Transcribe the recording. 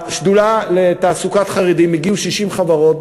בשדולה לתעסוקת חרדים הגיעו 60 חברות,